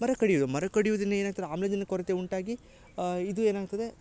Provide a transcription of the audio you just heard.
ಮರ ಕಡಿಯುದ ಮರ ಕಡಿಯುದರಿಂದ ಏನಾಗ್ತದೆ ಆಮ್ಲಜನಕ ಕೊರತೆ ಉಂಟಾಗಿ ಇದು ಏನಾಗ್ತದೆ